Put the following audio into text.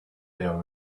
there